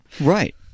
Right